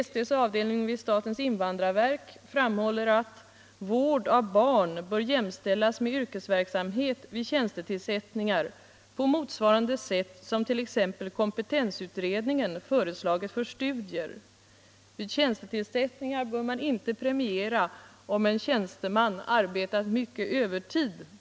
ST:s avdelning vid statens invandrarverk framhåller: ”Vård av barn bör jämställas med yrkesverksamhet vid tjänstetillsättningar på motsvarande sätt som t.ex. kompetensutredningen föreslår för studier. Vid tjänstetillsättningar bör man inte premiera om en tjänsteman arbetat mycket övertid.